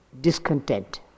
discontent